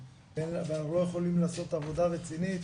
ואנחנו לא יכולים לעשות עבודה רצינית,